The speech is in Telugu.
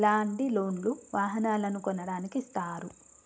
ఇలాంటి లోన్ లు వాహనాలను కొనడానికి ఇస్తారు